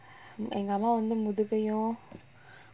எங்க அம்மா வந்து முதுகையும்:enga amma vanthu mudhugaiyum